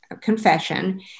confession